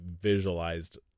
visualized